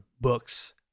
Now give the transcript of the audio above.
books